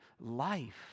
life